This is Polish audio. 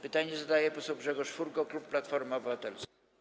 Pytanie zadaje poseł Grzegorz Furgo, klub Platforma Obywatelska.